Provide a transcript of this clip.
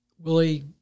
Willie